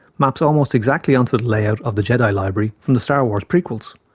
maps almost exactly onto the layout of the jedi library from the star wars prequels.